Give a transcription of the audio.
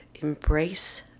Embrace